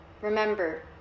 Remember